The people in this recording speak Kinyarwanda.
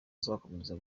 azakomeza